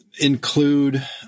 include